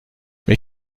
mais